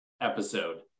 episode